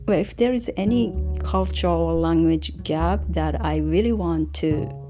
but if there is any culture or language gap that i really want to,